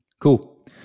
Cool